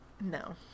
No